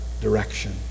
direction